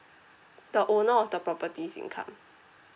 the owner of the properties income